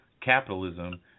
capitalism